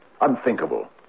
unthinkable